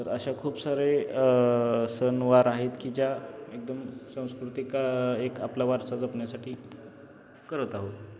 तर अशा खूप सारे सणवार आहेत की ज्या एकदम सांस्कृतिक एक आपल्या वारसा जपण्यासाठी करत आहोत